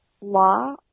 law